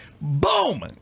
Boom